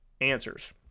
answers